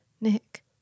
Nick